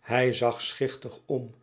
hij zag schichtig om